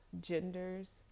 genders